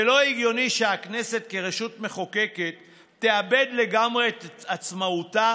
ולא הגיוני שהכנסת כרשות מחוקקת תאבד לגמרי את עצמאותה